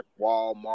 Walmart